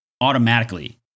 automatically